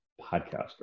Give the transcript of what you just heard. podcaster